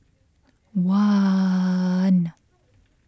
one